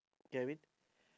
guaran~